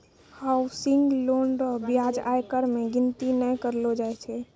housing loan रो ब्याज आयकर मे गिनती नै करलो जाय छै